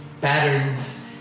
patterns